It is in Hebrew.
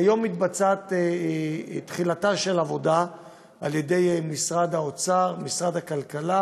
כיום מתבצעת תחילתה של עבודה על ידי משרד האוצר ומשרד הכלכלה,